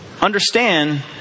understand